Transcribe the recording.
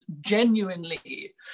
genuinely